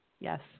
Yes